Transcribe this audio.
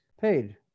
paid